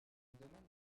domaine